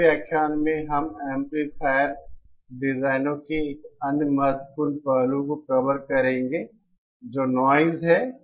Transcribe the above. अगले व्याख्यान में हम एम्पलीफायर डिज़ाइनों के एक अन्य महत्वपूर्ण पहलू को कवर करेंगे जो नाइज है